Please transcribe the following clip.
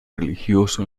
religioso